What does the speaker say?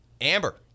Amber